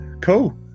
cool